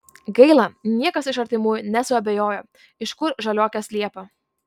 gaila niekas iš artimųjų nesuabejojo iš kur žaliuokės liepą